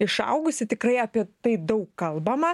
išaugusi tikrai apie tai daug kalbama